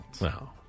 No